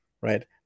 Right